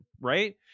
right